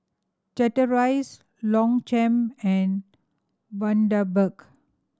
Chateraise Longchamp and Bundaberg